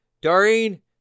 doreen